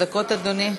שלוש דקות, אדוני.